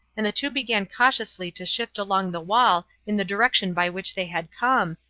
and the two began cautiously to shift along the wall in the direction by which they had come,